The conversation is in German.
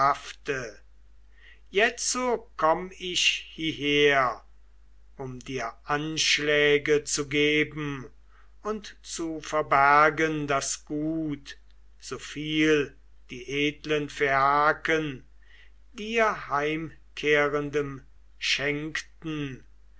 jetzo komm ich hieher um dir anschläge zu geben und zu verbergen das gut so viel die edlen phaiaken dir heimkehrendem